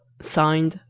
signed,